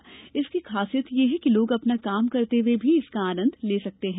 क्योंकि इसकी खासियत यह है कि लोग अपना काम करते हुये भी इसका आनंद ले सकते हैं